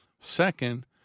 Second